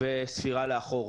וספירה לאחור,